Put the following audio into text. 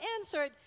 answered